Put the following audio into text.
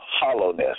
Hollowness